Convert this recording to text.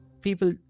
people